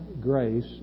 grace